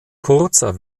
kurzer